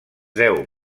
deu